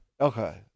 Okay